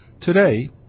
Today